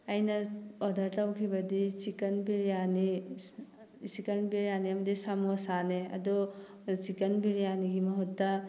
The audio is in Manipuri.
ꯑꯩꯅ ꯑꯣꯗꯔ ꯇꯧꯈꯤꯕꯗꯤ ꯆꯤꯀꯟ ꯕꯤꯔꯌꯥꯅꯤ ꯆꯤꯛꯀꯟ ꯕꯤꯔꯌꯥꯅꯤ ꯑꯃꯗꯤ ꯁꯃꯣꯁꯥꯅꯦ ꯑꯗꯣ ꯆꯤꯛꯀꯟ ꯕꯤꯔꯌꯥꯅꯤꯒꯤ ꯃꯍꯨꯠꯇ